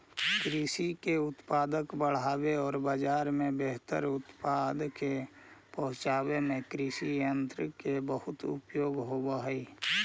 कृषि के उत्पादक बढ़ावे औउर बाजार में बेहतर उत्पाद के पहुँचावे में कृषियन्त्र के बहुत उपयोग होवऽ हई